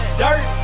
dirt